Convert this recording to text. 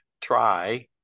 try